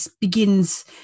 begins